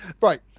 Right